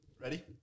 Ready